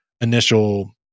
initial